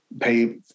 pay